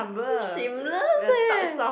sh~ shameless eh